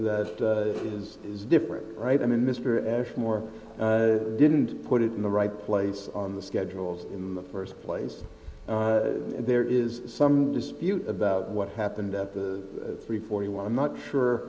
is is different right i mean mr ashley more didn't put it in the right place on the schedules in the first place and there is some dispute about what happened at the three forty one i'm not sure